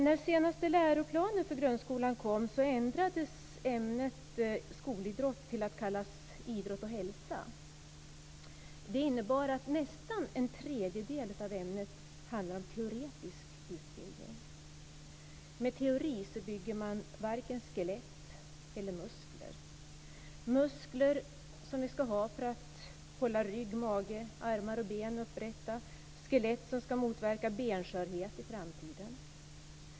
När den senaste läroplanen för grundskolan kom ändrades ämnet skolidrott till att kallas idrott och hälsa. Det innebar att nästan en tredjedel av ämnet handlar om teoretisk utbildning. Med teori bygger man varken skelett eller muskler, muskler som ska hålla upp rygg, mage, ben och armar, skelett som ska motverka benskörhet i framtiden.